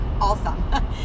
awesome